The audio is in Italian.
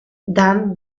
dan